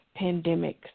pandemics